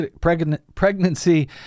pregnancy